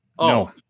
No